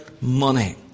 money